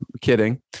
Kidding